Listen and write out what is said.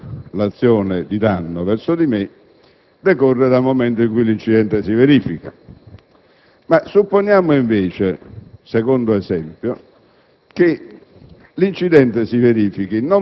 Ovviamente la prescrizione per l'azione di danno verso di me decorre dal momento in cui l'incidente si verifica. Supponiamo, invece - secondo esempio